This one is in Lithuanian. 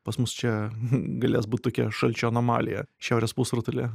pas mus čia galės būt tokia šalčio anomalija šiaurės pusrutulyje